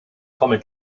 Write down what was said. komme